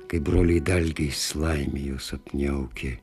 kai broliai dalgiais laimei jūs apniaukė